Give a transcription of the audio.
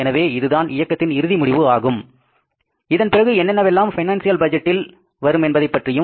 எனவே இதுதான் இயக்கத்தின் இறுதியான முடிவு ஆகும் இதன்பிறகு என்னென்னவெல்லாம் பைனான்சியல் பட்ஜெட்டில் வரும் என்பதைப் பற்றியும்